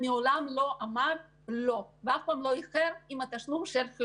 מעולם לא אמר לא ואף פעם לא איחר עם חלקו בתשלום.